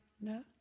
No